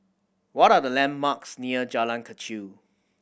what are the landmarks near Jalan Kechil